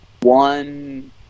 one